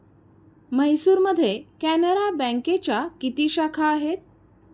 म्हैसूरमध्ये कॅनरा बँकेच्या किती शाखा आहेत?